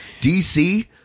dc